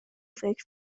فکر